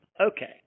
Okay